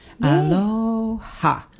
Aloha